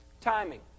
Timing